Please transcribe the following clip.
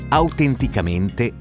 autenticamente